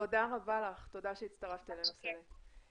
תודה רבה לך, תודה שהצטרפת אלינו, סליי.